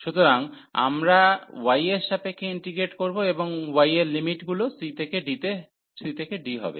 সুতরাং আমরা y এর সাপেক্ষে ইন্টিগ্রেট করব এবং y এর লিমিটগুলি c থেকে d হবে